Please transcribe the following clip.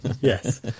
Yes